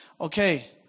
okay